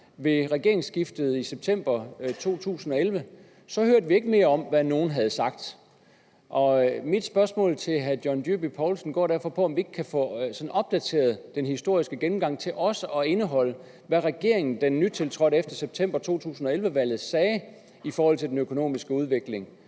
ved regeringsskiftet i september 2011. Så hørte vi ikke mere om, hvad nogle havde sagt. Mit spørgsmål til hr. John Dyrby Paulsen går derfor på, om vi ikke kan få sådan opdateret den historiske gennemgang til også at indeholde, hvad den nytiltrådte regering efter 2011-valget sagde i forhold til den økonomiske udvikling.